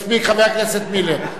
מספיק, חבר הכנסת מילר.